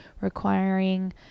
requiring